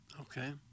okay